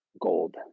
gold